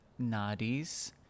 nadis